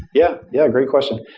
yeah yeah, great question.